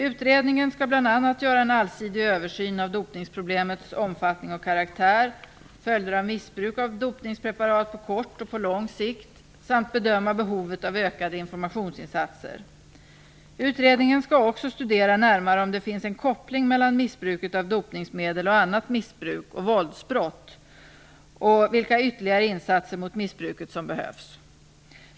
Utredningen skall bl.a. göra en allsidig översyn av dopningsproblemets omfattning och karaktär, följder av missbruk av dopningspreparat på kort och på lång sikt samt bedöma behovet av ökade informationsinsatser. Utredningen skall också studera närmare om det finns en koppling mellan missbruket av dopningsmedel och annat missbruk och våldsbrott och vilka ytterligare insatser mot missbruket som behövs.